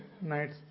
nights